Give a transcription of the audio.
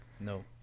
No